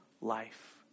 life